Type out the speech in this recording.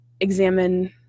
examine